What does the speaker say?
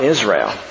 Israel